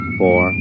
four